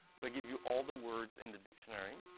so i give you all the words in the dictionary.